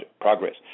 progress